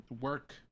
work